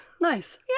nice